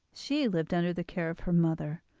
she lived under the care of her mother,